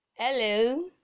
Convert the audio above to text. hello